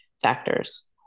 factors